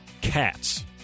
Cats